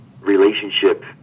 relationship